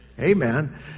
Amen